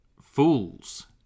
fools